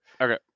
Okay